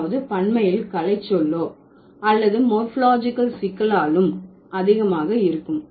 அதாவது பன்மையில் கலைச்சொல்லோ அல்லது மோர்பாலஜிகல் சிக்கலாலும் அதிகமாக இருக்கும்